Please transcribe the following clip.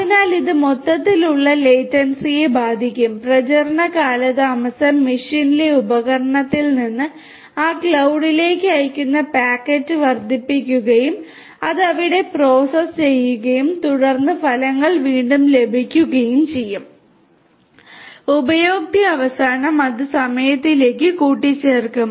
അതിനാൽ ഇത് മൊത്തത്തിലുള്ള ലേറ്റൻസിയെ ബാധിക്കും പ്രചരണ കാലതാമസം മെഷീനിലെ ഉപകരണത്തിൽ നിന്ന് ആ ക്ലൌഡിലേക്ക് അയയ്ക്കുന്ന പാക്കറ്റ് വർദ്ധിപ്പിക്കുകയും അത് അവിടെ പ്രോസസ്സ് ചെയ്യുകയും തുടർന്ന് ഫലങ്ങൾ വീണ്ടും ലഭിക്കുകയും ചെയ്യും ഉപയോക്തൃ അവസാനം അത് സമയത്തിലേക്ക് കൂട്ടിച്ചേർക്കും